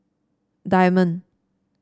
diamond